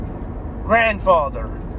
grandfather